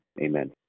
Amen